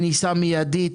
כניסה מיידית,